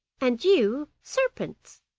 and you, serpents